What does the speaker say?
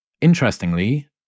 Interestingly